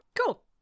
cool